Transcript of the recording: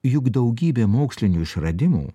juk daugybė mokslinių išradimų